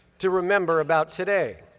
to remember about today.